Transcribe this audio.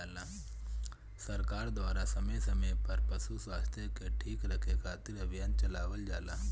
सरकार द्वारा समय समय पर पशु स्वास्थ्य के ठीक रखे खातिर अभियान चलावल जाला